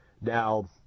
Now